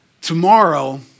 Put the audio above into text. tomorrow